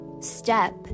step